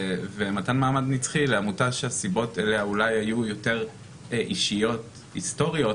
ומתן מעמד נצחי לעמותה שהסיבות לה אולי היו יותר אישיות היסטוריות,